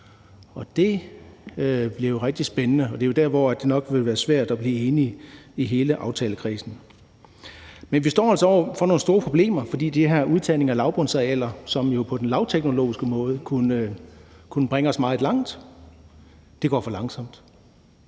Det bliver rigtig spændende, og det er jo der, det nok vil være svært at blive enig i hele aftalekredsen. Men vi står altså over for nogle store problemer, fordi udtagningen af de her lavbundsarealer, som jo på den lavteknologiske måde kunne bringe os meget langt, går for langsomt.